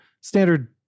standard